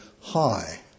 high